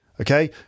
Okay